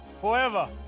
forever